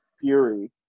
fury